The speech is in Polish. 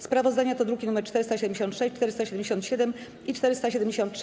Sprawozdania to druki nr 476, 477 i 473.